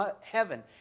heaven